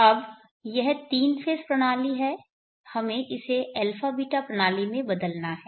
अब यह तीन फेज़ प्रणाली है हमें इसे α β प्रणाली में बदलना है